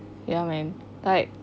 ya man like